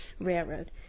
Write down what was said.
Railroad